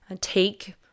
take